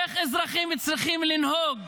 איך אזרחים צריכים לנהוג,